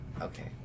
Okay